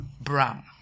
brown